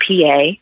PA